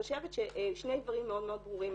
אני חושבת ששני דברים מאוד ברורים.